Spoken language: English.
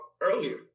earlier